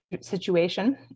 situation